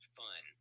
fun